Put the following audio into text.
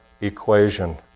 equation